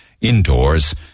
indoors